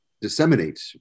disseminate